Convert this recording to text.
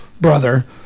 brother